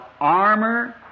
armor